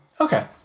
Okay